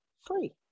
free